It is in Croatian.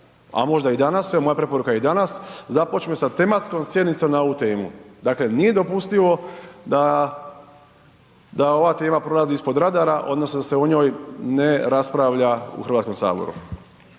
a možda i danas, evo moja preporuka je i danas, započne sa tematskom sjednicom na ovu temu. Dakle, nije dopustivo da, da ova tema prolazi ispod radara odnosno da se o njoj ne raspravlja u Hrvatskom saboru.